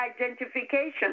identification